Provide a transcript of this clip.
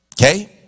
Okay